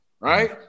Right